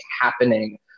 happening